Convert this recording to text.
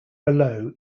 below